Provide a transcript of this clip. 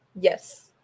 Yes